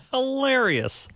Hilarious